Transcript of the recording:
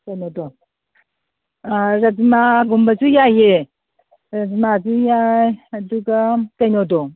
ꯀꯩꯅꯣꯗꯣ ꯑꯥ ꯔꯖꯃꯥꯒꯨꯝꯕꯁꯨ ꯌꯥꯏꯌꯦ ꯔꯖꯃꯥꯁꯨ ꯌꯥꯏ ꯑꯗꯨꯒ ꯀꯩꯅꯣꯗꯣ